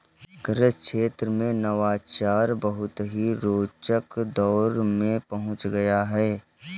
कृषि क्षेत्र में नवाचार बहुत ही रोचक दौर में पहुंच गया है